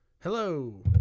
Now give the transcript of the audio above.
hello